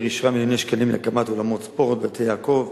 העירייה אישרה מיליוני שקלים להקמת אולמות ספורט ב"בית יעקב"